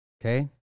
okay